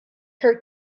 her